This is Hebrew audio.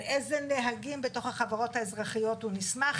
על איזה נהגים בתוך החברות האזרחיות הוא נסמך,